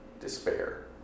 despair